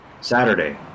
Saturday